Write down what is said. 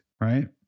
right